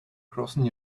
crossing